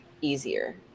easier